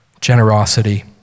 generosity